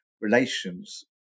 relations